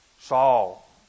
Saul